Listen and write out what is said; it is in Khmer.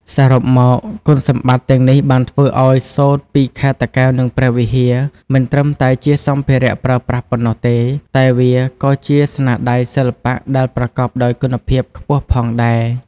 សរុបមក គុណសម្បត្តិទាំងនេះបានធ្វើឱ្យសូត្រពីខេត្តតាកែវ និងព្រះវិហារមិនត្រឹមតែជាសម្ភារៈប្រើប្រាស់ប៉ុណ្ណោះទេ តែវាក៏ជាស្នាដៃសិល្បៈដែលប្រកបដោយគុណភាពខ្ពស់ផងដែរ។